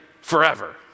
forever